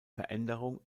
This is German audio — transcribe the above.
veränderung